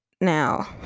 Now